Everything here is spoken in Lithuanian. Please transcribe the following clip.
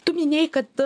tu minėjai kad